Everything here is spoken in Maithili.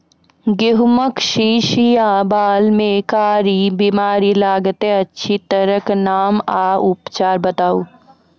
गेहूँमक शीश या बाल म कारी बीमारी लागतै अछि तकर नाम आ उपचार बताउ?